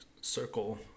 circle